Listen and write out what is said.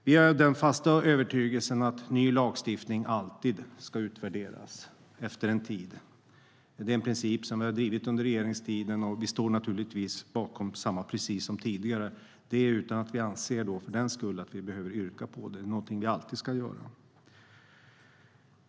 Vi är av den fasta övertygelsen att ny lagstiftning alltid ska utvärderas efter en tid. Det är en princip som vi har drivit under regeringstiden, och vi står naturligtvis bakom precis samma sak som tidigare. Men för den sakens skull anser vi inte att vi behöver yrka på detta, utan det är någonting som vi alltid ska göra.